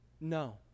No